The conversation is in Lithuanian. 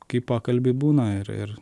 kai pakalbi būna ir ir